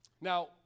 Now